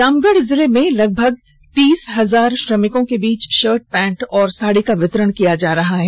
रामगढ़ जिले में लगभग तीस हजार श्रमिकों के बीच शर्ट पैंट और साड़ी का वितरण किया जा रहा है